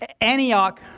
Antioch